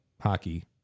hockey